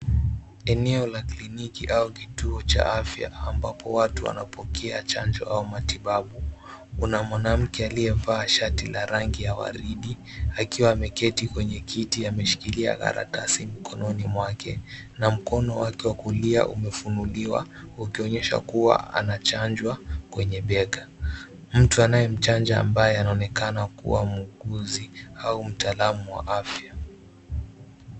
Eneo la kliniki au kituo cha afya ambapo watu wanapokea chanjo au matibabu. Kuna mwanamke aliyevaa shati la rangi ya waridi akiwa ameketi kwenye kiti ameshikilia karatasi mkononi mwake. Na mkono wake wa kulia umefunuliwa ukionyesha kuwa anachanjwa kwenye bega. Mtu anayemchanja ambaye anaonekana kuwa muuguzi au mtaalamu wa afya.